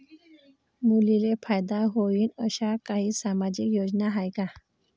मुलींले फायदा होईन अशा काही सामाजिक योजना हाय का?